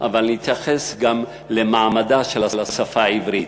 אבל נתייחס גם למעמדה של השפה העברית.